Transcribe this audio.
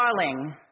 Darling